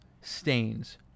stains